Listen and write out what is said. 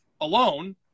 alone